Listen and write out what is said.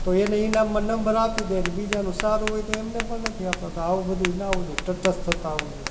તો એને ઈનામમાં નંબર આપી દે એટલે બીજાનું સારું હોય તો એમને પણ નથી આપતા તો આવું બધું ન હોવું જોઈએ તટસ્થતા હોવી જોઈએ